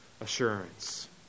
assurance